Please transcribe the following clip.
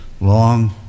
long